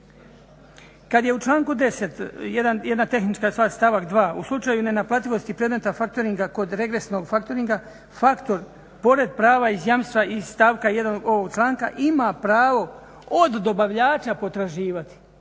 Kad je u članku 10. jedna tehnička stvar, stavak 2. u slučaju ne naplativosti predmeta factoringa kod regresnog factoringa faktor pored prava iz jamstva iz stavka 1.ovog članka ima pravo od dobavljača potraživati.